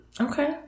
Okay